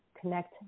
connect